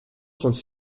trente